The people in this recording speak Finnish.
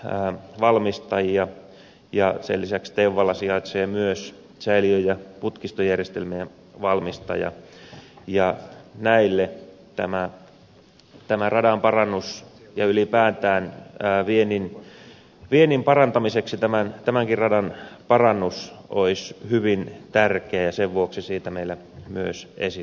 hän kuljetinjärjestelmävalmistajia ja sen lisäksi teuvalla sijaitsee myös säiliö ja putkistojärjestelmien valmistaja ja näille ja ylipäätään viennin parantamiseksi tämänkin radan parannus olisi hyvin tärkeä ja sen vuoksi siitä meillä myös esitys on